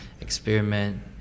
experiment